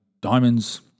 Diamonds